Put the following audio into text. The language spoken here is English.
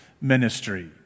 ministry